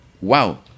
wow